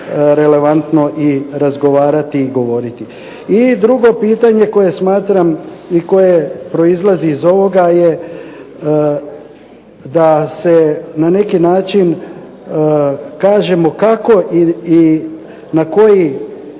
relevantno i razgovarati i govoriti. I drugo pitanje koje smatram i koje proizlazi iz ovoga je da se na neki način kažemo kako i na koji